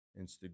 Instagram